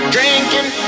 Drinking